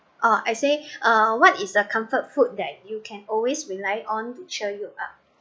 oh I say uh what is the comfort food that you can always rely on to cheer you up